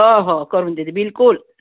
ह हो करून देते बिल्कुल